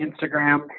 Instagram